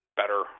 better